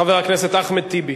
חבר הכנסת אחמד טיבי,